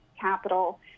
capital